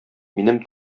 минем